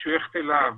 משויכת אליו